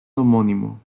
homónimo